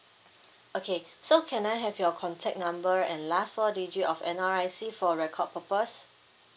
okay so can I have your contact number and last four digit of N_R_I_C for record purpose